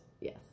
yes